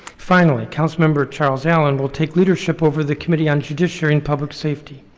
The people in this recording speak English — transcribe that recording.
finally, councilmember charles allen will take leadership over the committee on judiciary and public safety.